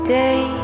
day